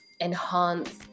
enhance